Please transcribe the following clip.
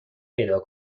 پیدا